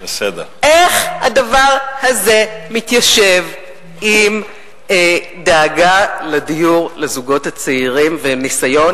איך הדבר הזה מתיישב עם דאגה לדיור לזוגות הצעירים ועם ניסיון